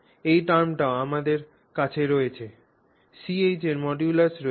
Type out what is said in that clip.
এই টার্মটিও আমাদের কাছে রয়েছে Ch এর মডুলাস রয়েছে